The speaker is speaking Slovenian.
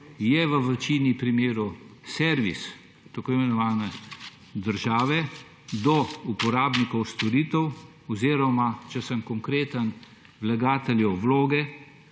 v večini primerov servis tako imenovane države do uporabnikov storitev oziroma, če sem konkreten, vlagateljev vloge,